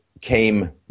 came